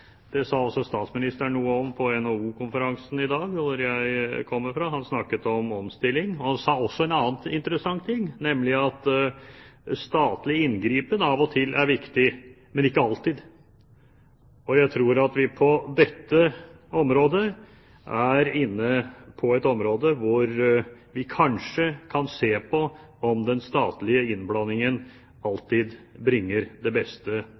Det sa også statsministeren noe om på NHO-konferansen i dag, hvor jeg kommer fra. Han snakket om omstilling. Han sa også en annen interessant ting, nemlig at statlig inngripen av og til er viktig – men ikke alltid. Jeg tror at vi her er inne på et område hvor vi kanskje kan se på om den statlige innblandingen alltid bringer det beste